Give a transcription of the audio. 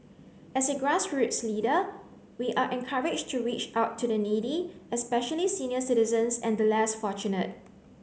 as a grassroots leader we are encouraged to reach out to the needy especially senior citizens and the less fortunate